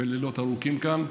בלילות ארוכים כאן,